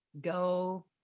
go